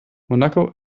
monaco